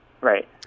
right